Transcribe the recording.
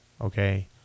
okay